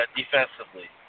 defensively